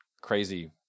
crazy